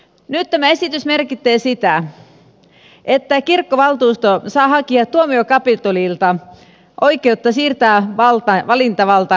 nyt tämä esitys merkitsee sitä että kirkkovaltuusto saa hakea tuomiokapitulilta oikeutta siirtää valintavalta itsellensä